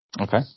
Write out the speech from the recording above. Okay